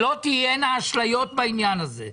שלא תהיינה אשליות בעניין הזה,